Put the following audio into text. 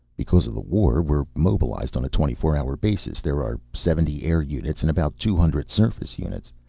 because of the war we're mobilized on a twenty-four hour basis. there are seventy air units and about two hundred surface units.